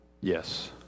Yes